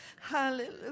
Hallelujah